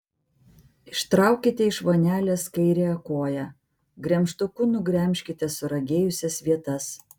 ištraukite iš vonelės kairiąją koją gremžtuku nugremžkite suragėjusias vietas